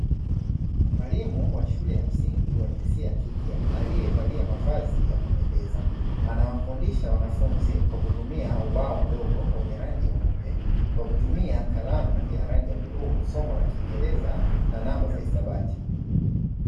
Mwalimu wa shule ya msingi wa jinsia ya kike alievalia mavazi ya kupendeza, ana wafundisha wanafunzi kwa kutumia ubao mdogo wenye rangi ya weupe, kwa kutumia kalamu ya rangi ya bluu, somo la kiingereza na namba za hisabati.